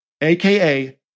aka